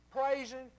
praising